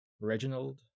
Reginald